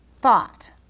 thought